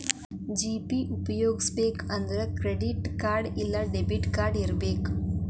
GPay ಉಪ್ಯೊಗಸ್ಬೆಕಂದ್ರ credit card ಇಲ್ಲಾ debit card ಇರಬಕು